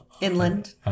Inland